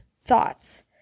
thoughts